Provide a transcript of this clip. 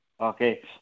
okay